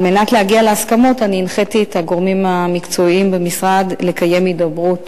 על מנת להגיע להסכמות הנחיתי את הגורמים המקצועיים במשרד לקיים הידברות